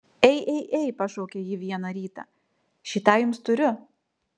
ei ei ei pašaukė ji vieną rytą šį tą jums turiu